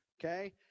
okay